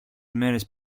μέρες